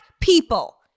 people